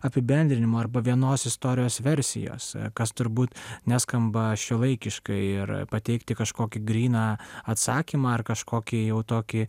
apibendrinimo arba vienos istorijos versijos kas turbūt neskamba šiuolaikiškai ir pateikti kažkokį gryną atsakymą ar kažkokį jau tokį